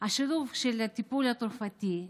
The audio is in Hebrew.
שילוב של טיפול תרופתי,